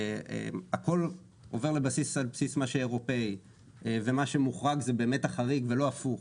שהכול עובר על בסיס מה שאירופי ומה שמוחרג זה באמת החריג ולא הפוך,